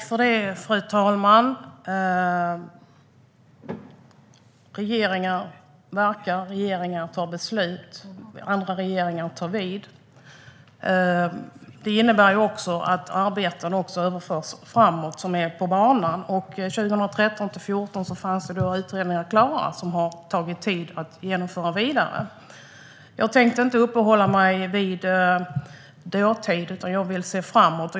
Fru talman! Regeringar verkar. Regeringar tar beslut. Andra regeringar tar vid. Det innebär också att arbeten som är på banan överförs. År 2013-2014 fanns det utredningar, som det har tagit tid att genomföra, som blivit klara och kunde tas vidare. Jag tänker inte uppehålla mig vid dåtiden. Jag vill se framåt.